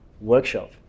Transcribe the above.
workshop